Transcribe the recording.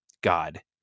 God